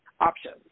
options